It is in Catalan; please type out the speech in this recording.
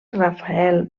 rafael